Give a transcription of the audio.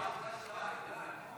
15 לא